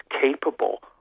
capable